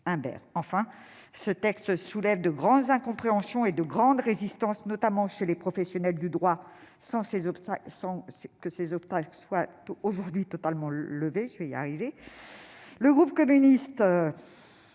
Enfin, ce texte soulève de grandes incompréhensions et de grandes résistances, notamment chez les professionnels du droit ; ces obstacles ne sont pas totalement levés aujourd'hui. Le groupe communiste